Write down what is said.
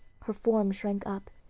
her form shrank up,